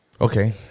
Okay